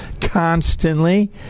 constantly